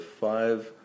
five